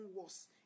worse